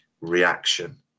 reaction